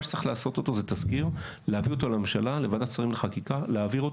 מה שצריך לעשות זה להביא אותו לוועדת שרים לענייני חקיקה ולהעביר אותו,